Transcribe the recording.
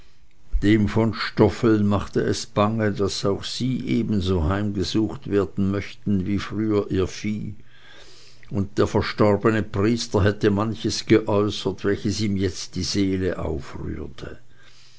dem von stoffeln machte es bange daß auch sie ebenso heimgesucht werden möchten wie früher ihr vieh und der verstorbene priester hatte manches geäußert welches ihm jetzt die seele aufrührte